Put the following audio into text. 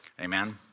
amen